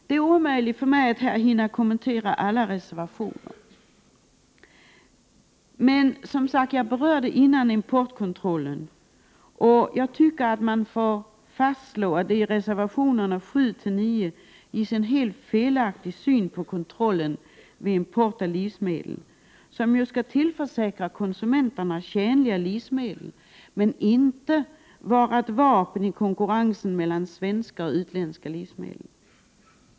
Det är omöjligt för mig att här hinna kommentera alla reservationer, men vad gäller importkontrollen tycker jag att det kan slås fast att det i reservationerna 7—9 ges en helt felaktig syn på kontrollen vid import av livsmedel, som ju skall tillförsäkra konsumenterna tjänliga livsmedel men inte vara ett vapen i konkurrensen mellan svenska och utländska produkter.